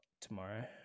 Tomorrow